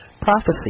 prophecy